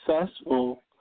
successful